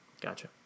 gotcha